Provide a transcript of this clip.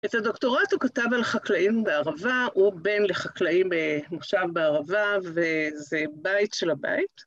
את הדוקטורט הוא כתב על חקלאים בערבה, הוא בן לחקלאים מושב בערבה וזה בית של הבית.